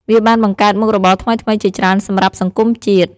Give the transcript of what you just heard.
វាបានបង្កើតមុខរបរថ្មីៗជាច្រើនសម្រាប់សង្គមជាតិ។